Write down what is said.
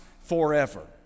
forever